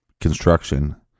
construction